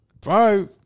Bro